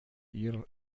ihrer